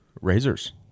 razors